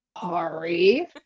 sorry